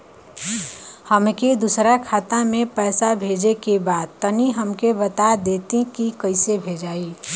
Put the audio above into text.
हमके दूसरा खाता में पैसा भेजे के बा तनि हमके बता देती की कइसे भेजाई?